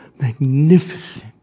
magnificent